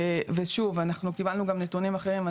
ושוב, אנחנו קיבלנו גם נתונים אחרים.